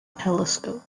telescope